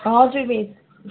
हजुर मिस